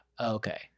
okay